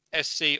SC